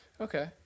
okay